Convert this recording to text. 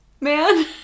Man